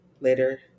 Later